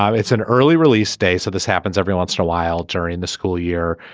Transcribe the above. um it's an early release day so this happens every once in a while during the school year.